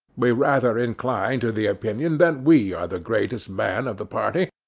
we rather incline to the opinion that we are the greatest man of the party,